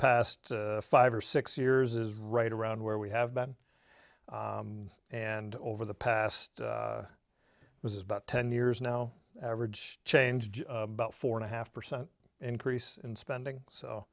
past five or six years is right around where we have been and over the past this is about ten years now average changed about four and a half percent increase in spending so